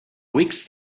weeks